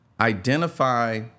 Identify